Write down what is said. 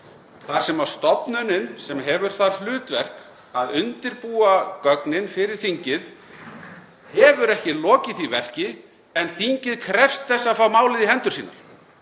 þar sem stofnunin sem hefur það hlutverk að undirbúa gögnin fyrir þingið hefur ekki lokið því verki en þingið krefst þess að fá málið í hendur sínar.